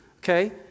okay